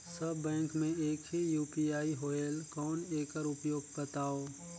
सब bank मे एक ही यू.पी.आई होएल कौन एकर उपयोग बताव?